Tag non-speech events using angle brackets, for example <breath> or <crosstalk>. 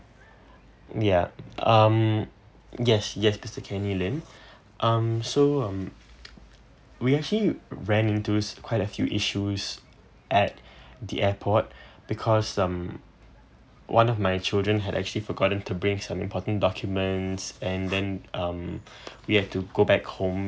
ya um yes yes mister kenny lim <breath> um so um we actually ran into those quite a few issues at <breath> the airport <breath> because um one of my children had actually forgotten to bring some important documents and then um <breath> we have to go back home